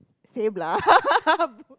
same lah